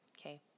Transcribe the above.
okay